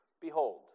behold